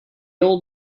old